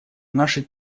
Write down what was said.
наши